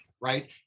right